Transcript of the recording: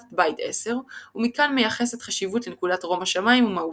את בית 10 ומכאן מייחסת חשיבות לנקודת רום שמיים ומהותה.